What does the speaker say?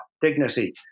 dignity